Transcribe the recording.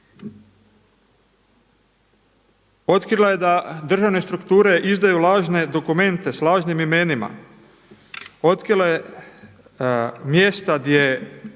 Otkrila je da državne strukture izdaju lažne dokumente s lažnim imenima. Otkrila je mjesta gdje